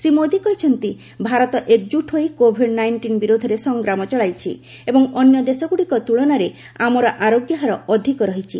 ଶ୍ରୀ ମୋଦି କହିଛନ୍ତି ଭାରତ ଏକଜ୍ଟ୍ ହୋଇ କୋଭିଡ୍ ନାଇଷ୍ଟିନ୍ ବିରୋଧରେ ସଂଗ୍ରାମ ଚଳାଇଛି ଏବଂ ଅନ୍ୟ ଦେଶଗୁଡ଼ିକ ତୁଳନାରେ ଆମର ଆରୋଗ୍ୟ ହାର ଅଧିକ ରହିଛି